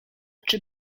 czy